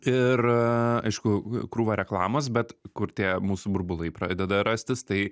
ir aišku krūva reklamos bet kur tie mūsų burbulai pradeda rastis tai